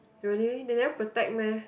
really they never protect meh